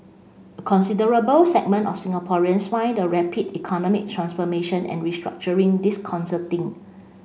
a considerable segment of Singaporeans find the rapid economic transformation and restructuring disconcerting